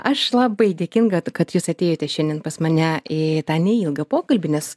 aš labai dėkinga kad jūs atėjote šiandien pas mane į tą neilgą pokalbį nes